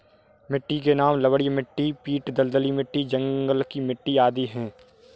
मिट्टी के नाम लवणीय मिट्टी, पीट दलदली मिट्टी, जंगल की मिट्टी आदि है